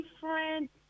different